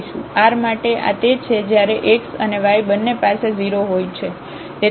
r માટે આ તે છે જ્યારે x અને y બંને પાસે 0 હોય છે